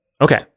okay